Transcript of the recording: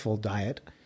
diet